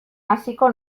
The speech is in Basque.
hasiko